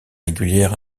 régulières